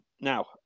Now